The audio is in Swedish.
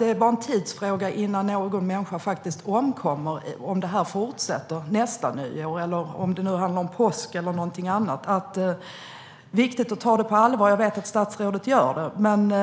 Det är bara en tidsfråga innan någon människa omkommer om detta fortsätter nästa nyår, vid påsk eller någon annan gång. Det är viktigt att ta det på allvar, och det vet jag att statsrådet gör. Men